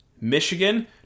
Michigan